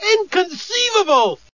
Inconceivable